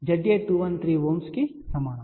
కాబట్టి Za 213 ohm కు సమానం